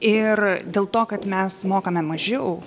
ir dėl to kad mes mokame mažiau